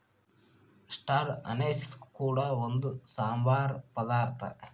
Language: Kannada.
ಸ್ಟಾರ್ ಅನೈಸ್ ಕೂಡ ಒಂದು ಸಾಂಬಾರ ಪದಾರ್ಥ